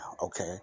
Okay